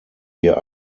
wir